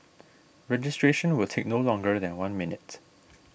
registration will take no longer than one minute